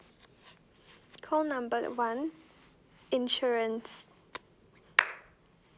call number one insurance